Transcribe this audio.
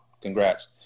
congrats